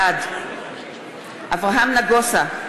בעד אברהם נגוסה,